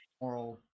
moral